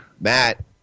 Matt